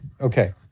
Okay